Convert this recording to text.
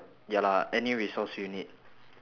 ya lah any resource you need